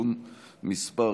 (תיקון מס'